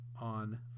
on